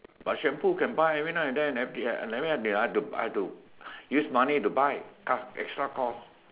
but shampoo can buy every now and then everyday I have to use money to buy come extra cost